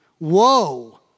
Woe